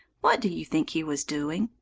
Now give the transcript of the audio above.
what do you think he was doing?